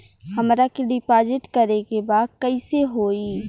हमरा के डिपाजिट करे के बा कईसे होई?